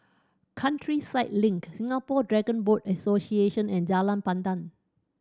Countryside Link Singapore Dragon Boat Association and Jalan Pandan